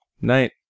Night